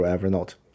Evernote